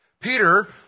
Peter